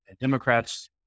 Democrats